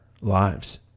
lives